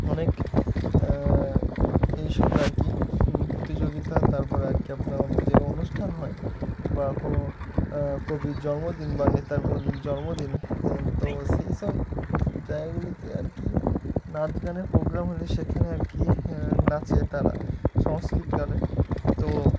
অনেক এইসব আর কি প্রতিযোগিতা তার পরে আর কি আপনার অনেক জায়গায় অনুষ্ঠান হয় বা কোনো কবির জন্মদিন বা নেতার কোনো দিন জন্মদিন তো সেই সব জায়গাগুলিতে আর কি নাচ গানের প্রোগ্রাম হলে সেখানে আর কি নাচে তারা সংস্কৃত গানে তো